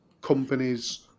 companies